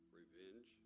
revenge